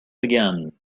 again